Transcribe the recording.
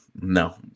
no